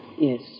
Yes